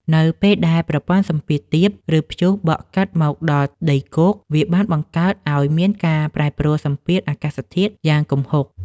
នៅពេលដែលប្រព័ន្ធសម្ពាធទាប ឬព្យុះបក់កាត់មកដល់ដីគោក វាបានបង្កើតឱ្យមានការប្រែប្រួលសម្ពាធអាកាសធាតុយ៉ាងគំហុក។